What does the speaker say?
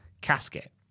casket